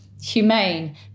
Humane